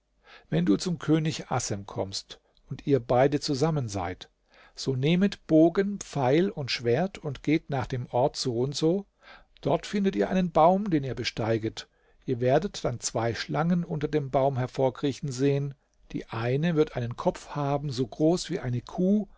wenn du zum könig assem kommst und ihr beide zusammen seid so nehmet bogen pfeil und schwert und geht nach dem ort so und so dort findet ihr einen baum den besteiget ihr werdet dann zwei schlangen unter dem baum hervorkriechen sehen die eine wird einen kopf haben so groß wie eine kuh